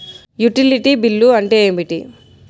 Utility bill అంటే ఏమిటి?